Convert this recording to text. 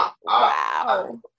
Wow